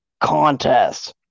contest